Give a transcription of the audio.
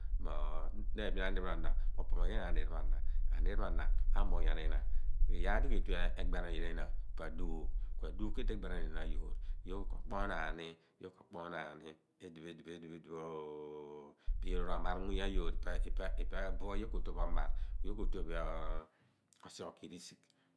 Mo pọh moghian aniir pbo ana aniir pho a na a pho mophian i/na no iyaar di ketue igbarion inyina anuugh. Ku a nuugh ketue egbarion iyaal a yoor, yoor kophoonaan ni idipho idipho oo tụtụ yoor omaar muuny ayoor buphe yoor ko tue bo o/maar, buphe yoor ko tue bo osighebokimuom risigh.